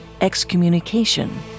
excommunication